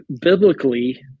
biblically